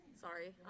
Sorry